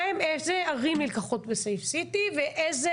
איזה ערים נלקחות ב- save cityואיזה